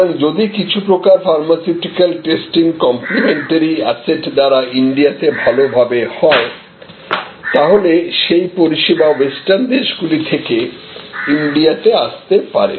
সুতরাং যদি কিছু প্রকার ফার্মাসিউটিক্যালে টেস্টিং কম্প্লেমেন্টারি অ্যাসেট দ্বারা ইন্ডিয়াতে ভালোভাবে হবে তাহলে সেই পরিষেবা ওয়েস্টার্ন দেশ গুলি থেকে ইন্ডিয়াতে আসতে পারে